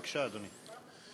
בבקשה, אדוני.